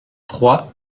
trois